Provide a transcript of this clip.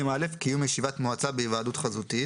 "20א.קיום ישיבת מועצה בהיוועדות חזותית